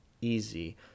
easy